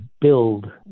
build